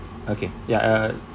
okay ya uh